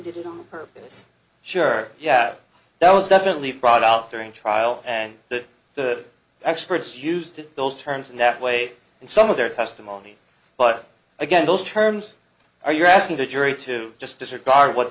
did it on purpose sure yeah that was definitely brought out during trial and that the experts used those terms in that way in some of their testimony but again those terms are you asking the jury to just disregard what